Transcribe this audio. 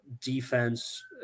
defense